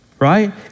right